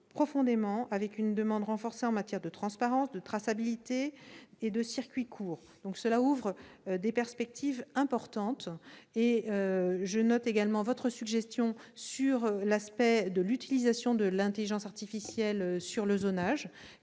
profondément, avec une demande renforcée en matière de transparence, de traçabilité et de circuits courts. Cela ouvre des perspectives importantes. Je note également votre suggestion relative à l'utilisation de l'intelligence artificielle en matière de zonage,